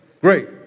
Great